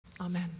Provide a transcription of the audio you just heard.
Amen